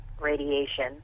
radiation